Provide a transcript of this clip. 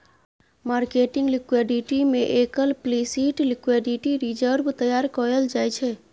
marketing liquidity में explicit liquidity reserve तैयार कएल जाइ छै